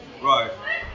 Right